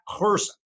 person